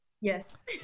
yes